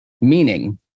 Meaning